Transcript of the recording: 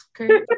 okay